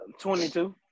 22